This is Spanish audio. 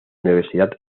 universidad